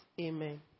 Amen